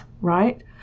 right